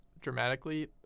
dramatically